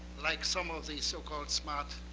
like some of these so-called smart,